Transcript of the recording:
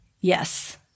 Yes